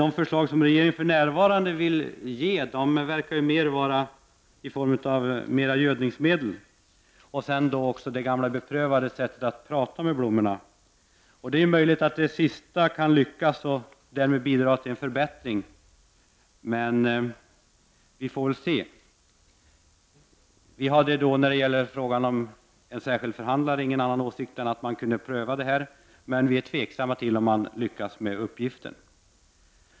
De förslag som regeringen för närvarande vill se genomförda innehåller dock mest gödningsmedel och det gamla beprövade sättet att prata med blommorna. Det är möjligt att det sistnämnda kan lyckas och därmed bidra till en förbättring. Vi får väl se! Vi har när det gäller frågan om den särskilda förhandlaren ingen annan åsikt än att den vägen kan prövas, men vi är tveksamma till om han kommer att lyckas med uppgiften.